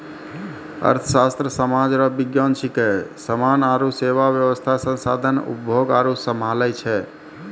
अर्थशास्त्र सामाज रो विज्ञान छिकै समान आरु सेवा वेवस्था संसाधन उपभोग आरु सम्हालै छै